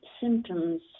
symptoms